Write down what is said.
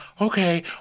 okay